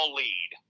lead